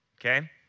Okay